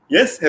Yes